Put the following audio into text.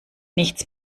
nichts